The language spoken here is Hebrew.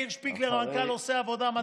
מאיר שפיגלר, אחרי, המנכ"ל, עושה עבודה מדהימה.